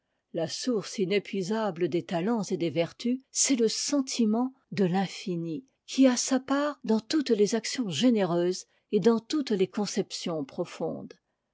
la source inépuisable des talents et des vertus c'est le sentiment de l'infini qui a sa part dans toutes les actions généreuses et dans toutes les conceptions profondes